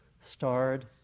starred